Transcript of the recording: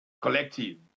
collective